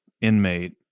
inmate